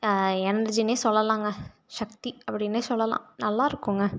எனெர்ஜின்னே சொல்லலாங்க சக்தி அப்படின்னே சொல்லலாம் நல்லாயிருக்குங்க